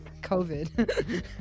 covid